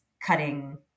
cutting